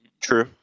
True